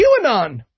QAnon